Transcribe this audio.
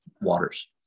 waters